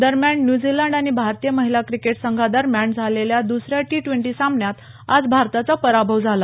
दरम्यान न्यूझीलंड आणि भारतीय महिला क्रिकेट संघादरम्यान झालेल्या दुसऱ्या टी ड्वेंटी सामन्यात आज भारताचा पराभव झाला